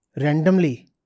randomly